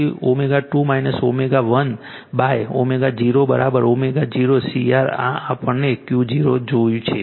તેથી ω2 ω 1ω0 ω0 CR આ આપણે Q0 જોયું છે આપણે 1ω0 CR જોયું છે